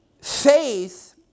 Faith